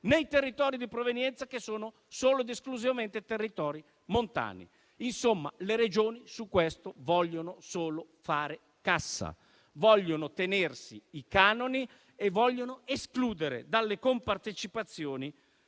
nei territori di provenienza, che sono solo ed esclusivamente territori montani. Insomma, le Regioni su questo vogliono solo fare cassa, vogliono tenersi i canoni e vogliono escludere dalle compartecipazioni